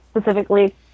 specifically